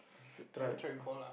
should try after